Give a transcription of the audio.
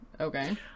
Okay